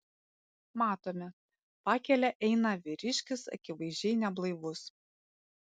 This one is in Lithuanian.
matome pakele eina vyriškis akivaizdžiai neblaivus